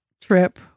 trip